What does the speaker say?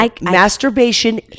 Masturbation